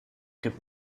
gibt